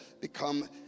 become